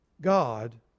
God